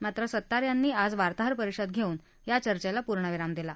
मात्र सत्तार यांनी आज वार्ताहर परिषद धेऊन या चर्चेला विराम दिला